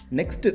Next